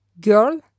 Girl